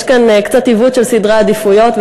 יש כאן קצת עיוות של סדרי העדיפויות,